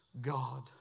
God